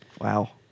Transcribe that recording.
Wow